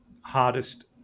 hardest